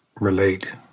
relate